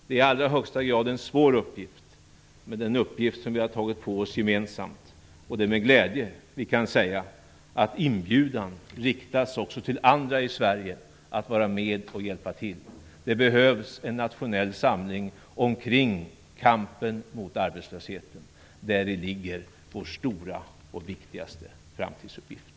Det är i allra högsta grad en svår uppgift, men det är en uppgift som vi har tagit på oss gemensamt. Det är med glädje vi kan säga att inbjudan också riktas till andra i Sverige att vara med och hjälpa till. Det behövs en nationell samling omkring kampen mot arbetslösheten. Däri ligger vår stora och viktigaste framtidsuppgift.